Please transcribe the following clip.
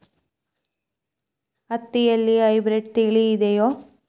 ಹತ್ತಿಯಲ್ಲಿ ಹೈಬ್ರಿಡ್ ತಳಿ ಇದೆಯೇ?